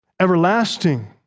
everlasting